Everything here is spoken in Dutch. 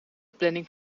planning